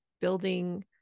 building